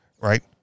right